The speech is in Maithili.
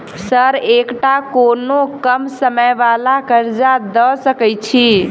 सर एकटा कोनो कम समय वला कर्जा दऽ सकै छी?